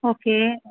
okay